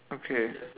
okay